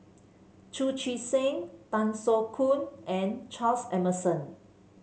Chu Chee Seng Tan Soo Khoon and Charles Emmerson